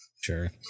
Sure